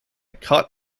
cut